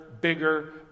bigger